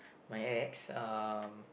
my ex um